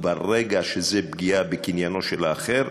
וברגע שזה פגיעה בקניינו של האחר,